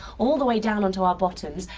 all the way down onto our bottoms,